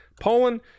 Poland